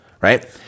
right